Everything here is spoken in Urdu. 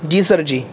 جی سر جی